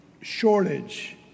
shortage